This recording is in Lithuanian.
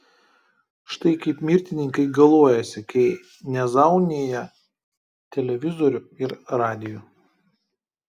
štai kaip mirtininkai galuojasi kai nezaunija televizorių ir radijų